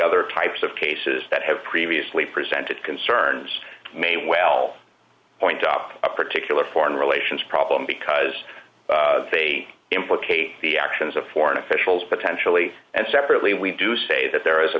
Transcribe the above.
other types of cases that have previously presented concerns may well point up a particular foreign relations problem because they implicate the actions of foreign officials potentially and separately we do say that there is a